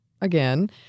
again